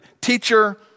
teacher